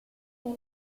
nei